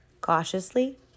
Cautiously